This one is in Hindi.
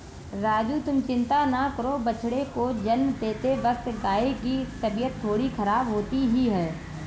राजू तुम चिंता ना करो बछड़े को जन्म देते वक्त गाय की तबीयत थोड़ी खराब होती ही है